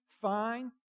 fine